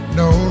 no